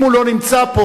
אם הוא לא נמצא פה,